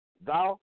Thou